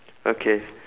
okay